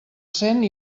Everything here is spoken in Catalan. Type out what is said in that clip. cent